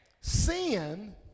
Sin